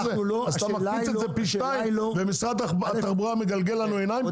אז אתה מקפיץ את זה פי שתיים ומשרד התחבורה מגלגל לנו עיניים פה?